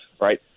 right